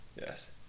Yes